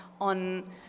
on